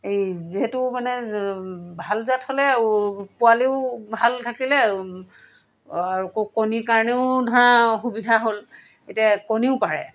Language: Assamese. এই যিহেতু মানে ভাল জাত হ'লে পোৱালীও ভাল থাকিলে কণীৰ কাৰণেও ধৰা সুবিধা হ'ল এতিয়া কণীও পাৰে